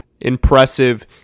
impressive